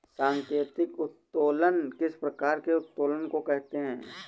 सांकेतिक उत्तोलन किस प्रकार के उत्तोलन को कहते हैं?